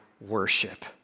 worship